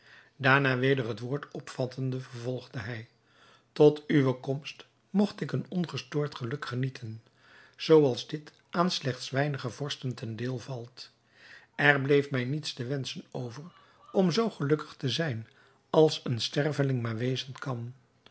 daarna weder het woord opvattende vervolgde hij tot op uwe komst mogt ik een ongestoord geluk genieten zoo als dit aan slechts weinige vorsten ten deel valt er bleef mij niets te wenschen over om zoo gelukkig te zijn als een sterveling maar wezen kan